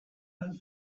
who